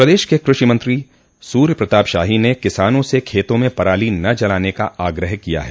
प्रदेश के कृषि मंत्री सूर्यप्रताप शाही ने किसानों से खेतों में पराली न जलाने का आग्रह किया है